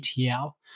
ETL